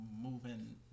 moving